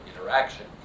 interaction